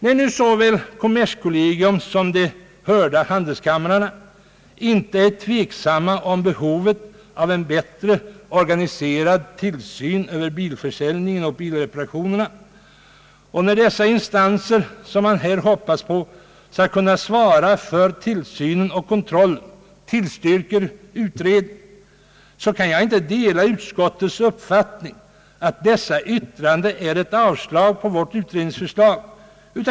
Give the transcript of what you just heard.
När nu såväl kommerskollegium som de hörda handelskamrarna inte är tveksamma om behovet av en bättre organiserad tillsyn över bilförsäljningen och bilreparationerna och när dessa instanser, som man hoppas skall kunna svara för tillsynen och kontrollen, tillstyrker utredning, kan jag inte dela utskottets uppfattning att dessa yttranden avstyrker vårt utredningsförslag.